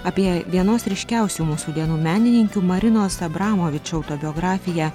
apie vienos ryškiausių mūsų dienų menininkių marinos abramovič autobiografiją